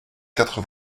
quatre